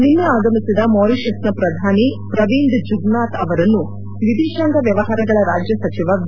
ನಿನ್ನೆ ಆಗಮಿಸಿದ ಮಾರಿಷಸ್ನ ಪ್ರಧಾನಿ ಪ್ರವೀಂದ್ ಜುಗ್ನಾಥ್ ಅವರನ್ನು ವಿದೇಶಾಂಗ ವ್ಯವಹಾರಗಳ ರಾಜ್ಯ ಸಚಿವ ವಿ